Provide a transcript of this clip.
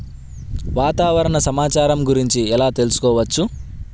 వాతావరణ సమాచారం గురించి ఎలా తెలుసుకోవచ్చు?